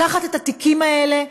חייבים לקחת את התיקים האלה,